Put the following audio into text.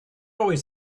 always